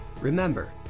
Remember